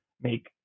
make